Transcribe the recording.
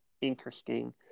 interesting